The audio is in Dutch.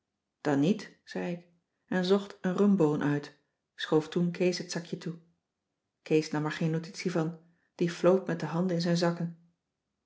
dan niet zei ik en zocht een rhumboon uit schoof toen kees het zakje toe kees nam er geen notitie van die floot met de handen in zijn zakken